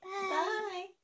Bye